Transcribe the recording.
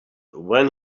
when